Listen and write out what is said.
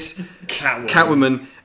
Catwoman